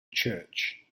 church